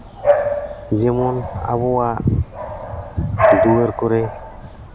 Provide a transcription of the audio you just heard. ᱡᱮᱢᱚᱱ ᱟᱵᱚᱣᱟᱜ ᱫᱩᱣᱟᱹᱨ ᱠᱚᱨᱮ